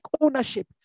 ownership